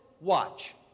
watch